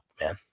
man